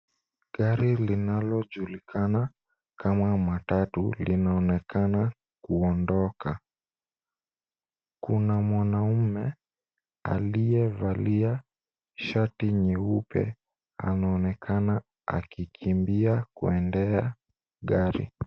Gari linalojulikana kama matatu linaonekana kuondoka. Kuna mwanamume aliyevalia shati nyeupe anaonekana akikimbia kuendea gari.